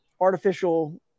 artificial